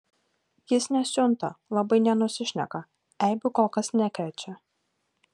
jis nesiunta labai nenusišneka eibių kol kas nekrečia